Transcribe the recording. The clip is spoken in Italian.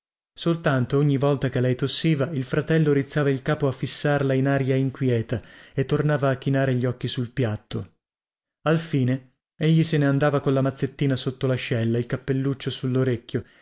soltanto ogni volta che lei tossiva il fratello rizzava il capo a fissarla in aria inquieta e tornava a chinare gli occhi sul piatto alfine egli se ne andava colla mazzettina sotto lascella il cappelluccio sullorecchio